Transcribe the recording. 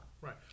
Right